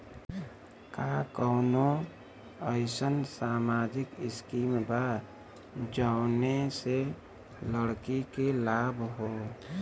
का कौनौ अईसन सामाजिक स्किम बा जौने से लड़की के लाभ हो?